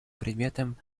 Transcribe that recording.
предметом